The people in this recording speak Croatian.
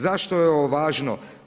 Zašto je ovo važno?